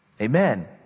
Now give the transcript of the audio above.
Amen